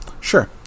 sure